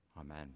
amen